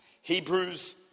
Hebrews